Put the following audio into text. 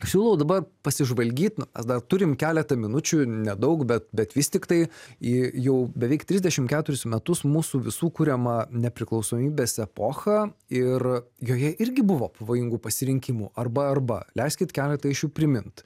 siūlau dabar pasižvalgyt na mes dar turim keletą minučių nedaug bet bet vis tiktai į jau beveik trisdešimt keturis metus mūsų visų kuriamą nepriklausomybės epochą ir joje irgi buvo pavojingų pasirinkimų arba arba leiskit keletą iš jų primint